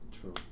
True